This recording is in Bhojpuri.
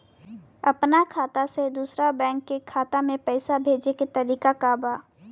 अपना खाता से दूसरा बैंक के खाता में पैसा भेजे के तरीका का बा?